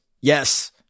Yes